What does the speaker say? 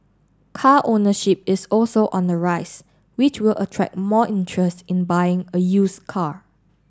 car ownership is also on the rise which will attract more interest in buying a use car